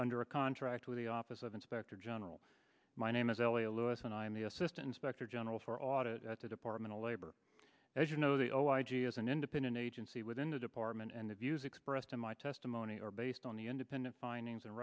under a contract with the office of inspector general my name is elliot lewis and i'm the assistant specter general for audit the department of labor as you know the oh i g is an independent agency within the department and the views expressed in my testimony are based on the independent findings and